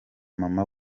mama